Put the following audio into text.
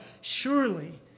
surely